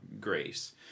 grace